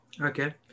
Okay